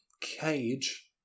Cage